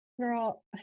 Girl